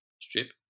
strip